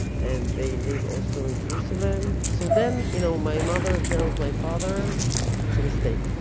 and they live also in jerusalem. so then, you know, my mother tells my father it's a mistake.